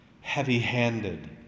Heavy-handed